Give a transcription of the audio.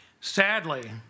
Sadly